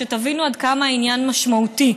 שתבינו עד כמה העניין משמעותי.